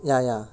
ya ya